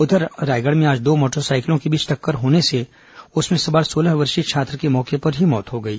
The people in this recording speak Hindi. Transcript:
उधर रायगढ़ में आज दो मोटरसाइकिलों के बीच टक्कर होने से उसमें सवार सोलह वर्षीय छात्र की मौके पर ही मौत हो गई